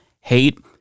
hate